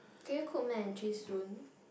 can you cook mac and cheese soon